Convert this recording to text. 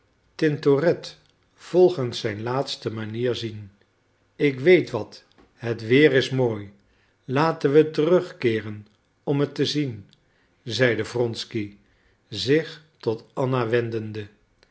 tintoret volgens zijn laatste manier zien ik weet wat het weer is mooi laten we terugkeeren om het te zien zeide wronsky zich tot anna wendende